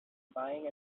buying